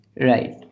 Right